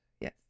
Yes